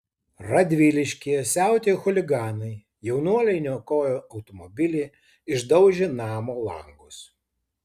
radviliškyje siautėjo chuliganai jaunuoliai niokojo automobilį išdaužė namo langus